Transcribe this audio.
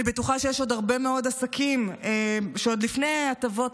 אני בטוחה שיש עוד הרבה מאוד עסקים שעוד לפני הטבות